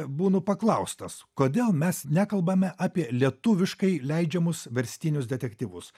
būnu paklaustas kodėl mes nekalbame apie lietuviškai leidžiamus verstinius detektyvus